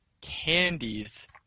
candies